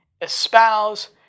espouse